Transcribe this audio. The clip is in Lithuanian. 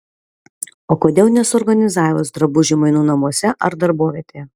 o kodėl nesuorganizavus drabužių mainų namuose ar darbovietėje